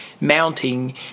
mounting